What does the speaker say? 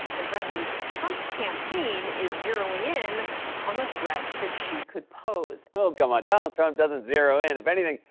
and president trump's campaign is zeroing in on the threat that she could pose. oh, come on. donald trump doesn't zero in. if anything,